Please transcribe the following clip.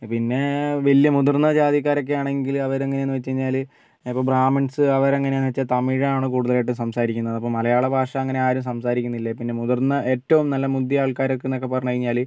പിന്നെ വലിയ മുതിർന്ന ജാതിക്കാരൊക്കെയാണെങ്കിൽ അവർ എങ്ങനെ എന്ന് വെച്ച് കഴിഞ്ഞാൽ ഇപ്പോൾ ബ്രാമിൺസ് അവർ എങ്ങനെ ആണെന്ന് വെച്ചാൽ തമിഴാണ് കൂടുതലായിട്ടും സംസാരിക്കുന്നത് അപ്പം മലയാള ഭാഷ അങ്ങനെ ആരും സംസാരിക്കുന്നില്ല പിന്നെ മുതിർന്ന ഏറ്റവും നല്ല മുന്തിയ ആൾക്കാരൊക്കെ എന്ന് ഒക്കെ പറഞ്ഞുകഴിഞ്ഞാൽ